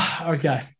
Okay